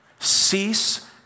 Cease